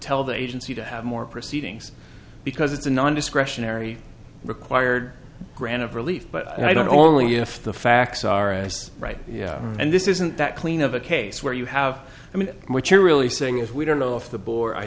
tell the agency to have more proceedings because it's a non discretionary required grant of relief but i don't only if the facts are as right and this isn't that clean of a case where you have i mean what you're really saying is we don't know if the bor i